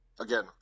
Again